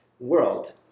world